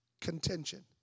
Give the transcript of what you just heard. contention